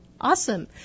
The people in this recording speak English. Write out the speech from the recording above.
awesome